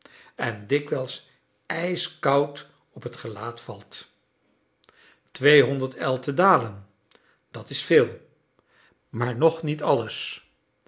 en dikwijls ijskoud op het gelaat valt tweehonderd el te dalen dit is veel maar nog niet alles